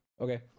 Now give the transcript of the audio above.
Okay